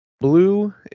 Blue